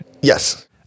Yes